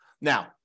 Now